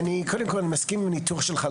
אני קודם כל מסכים עם הניתוח שלך.